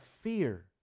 fear